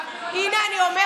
לכן היא לא בן